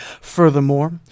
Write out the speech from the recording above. Furthermore